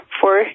four